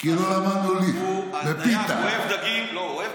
אני אגיד לך, הוא שמע את